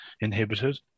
inhibited